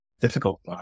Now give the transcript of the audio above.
difficult